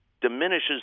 diminishes